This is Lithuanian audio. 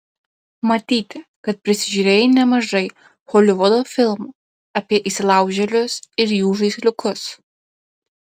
matyti kad prisižiūrėjai nemažai holivudo filmų apie įsilaužėlius ir jų žaisliukus